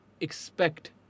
expect